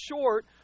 short